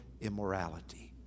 immorality